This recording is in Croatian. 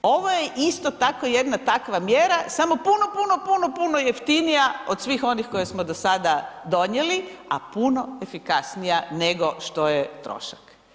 Ovo je isto tako jedna takva mjera, samo puno, puno, puno, puno jeftinija od svih onih koje smo do sada donijeli, a puno efikasnija nego što je trošak.